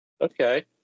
Okay